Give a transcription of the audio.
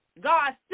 God